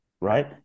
Right